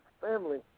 family